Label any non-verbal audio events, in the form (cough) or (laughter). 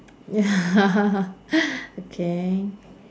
ya (noise) okay